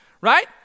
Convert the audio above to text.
Right